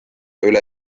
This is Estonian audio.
üle